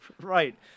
Right